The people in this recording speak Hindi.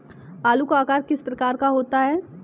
आलू का आकार किस प्रकार का होता है?